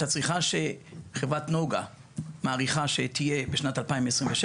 הצריכה שחברת נגה מעריכה שתהיה בשנת 2026